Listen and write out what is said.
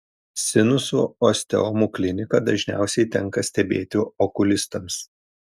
sinusų osteomų kliniką dažniausiai tenka stebėti okulistams